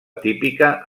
típica